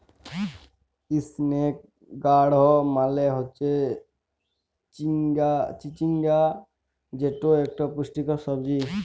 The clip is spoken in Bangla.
ইসনেক গাড় মালে হচ্যে চিচিঙ্গা যেট ইকট পুষ্টিকর সবজি